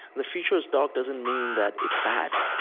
the future is dark doesn't mean that it's bad.